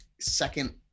second